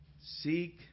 seek